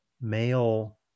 male